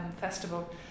Festival